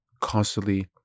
constantly